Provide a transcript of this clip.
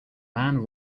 man